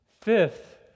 Fifth